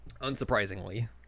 Unsurprisingly